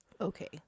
Okay